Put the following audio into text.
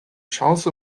chance